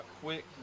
quick